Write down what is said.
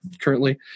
currently